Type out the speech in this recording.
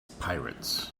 pirates